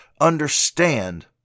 understand